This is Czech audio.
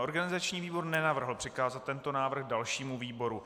Organizační výbor nenavrhl přikázat tento návrh dalšímu výboru.